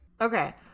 Okay